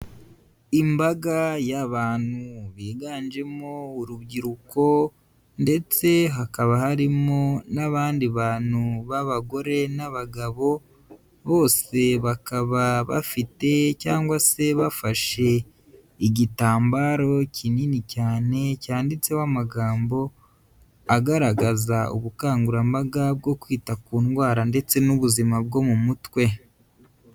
Imbaga y'abantu biganjemo urubyiruko ndetse hakaba harimo n'abandi bantu b'abagore n'abagabo, bose bakaba bafite cyangwa se bafashe igitambaro kinini cyane cyanditseho amagambo, agaragaza ubukangurambaga bwo kwita ku ndwara ndetse n'ubuzima bwo mu mutwe